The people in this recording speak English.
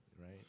right